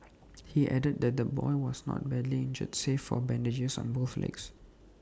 he added that the boy was not badly injured save for bandages on both legs